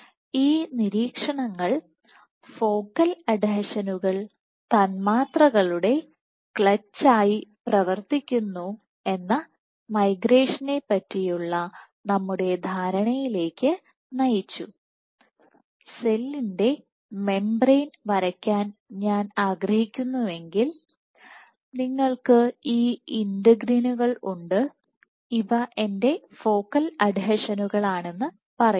ഈ നിരീക്ഷണങ്ങൾ ഫോക്കൽ അഡ്ഹെഷനുകൾ തന്മാത്രകളുടെ ക്ലച്ചായി പ്രവർത്തിക്കുന്നു എന്ന മൈഗ്രേഷനെ പറ്റിയുള്ള നമ്മുടെ ധാരണയിലേക്ക് നയിച്ചു സെല്ലിന്റെ മെംബ്രേയ്ൻ വരയ്ക്കാൻ ഞാൻ ആഗ്രഹിക്കുന്നുവെങ്കിൽ നിങ്ങൾക്ക് ഈ ഇന്റഗ്രിനുകൾ ഉണ്ട് ഇവ എൻറെ ഫോക്കൽ അഡിഷനുകളാണെന്ന് പറയട്ടെ